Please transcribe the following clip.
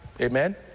amen